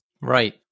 Right